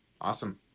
Awesome